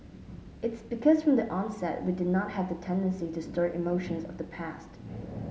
it's because from the onset we did not have the tendency to stir emotions of the past